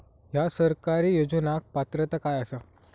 हया सरकारी योजनाक पात्रता काय आसा?